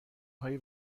های